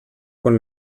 quan